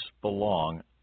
belong